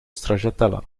stracciatella